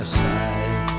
side